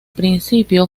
principio